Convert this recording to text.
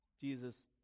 Jesus